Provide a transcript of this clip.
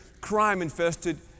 crime-infested